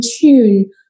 tune